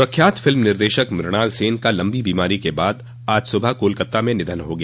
प्रख्यात फिल्म निर्देशक मृणाल सेन का लम्बी बीमारी के बाद आज सुबह कोलकाता में निधन हो गया